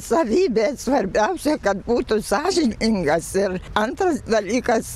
savybė svarbiausia kad būtų sąžiningas ir antras dalykas